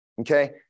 Okay